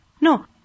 No